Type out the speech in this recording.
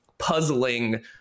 puzzling